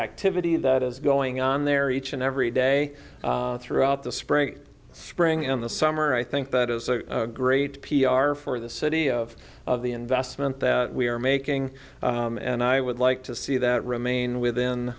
activity that is going on there each and every day throughout the spring spring in the summer i think that is a great p r for the city of of the investment that we are making and i would like to see that remain within